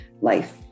life